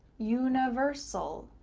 universal,